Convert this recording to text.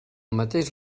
mateix